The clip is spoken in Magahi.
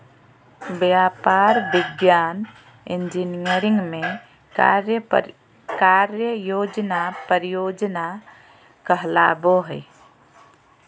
व्यापार, विज्ञान, इंजीनियरिंग में कार्य योजना परियोजना कहलाबो हइ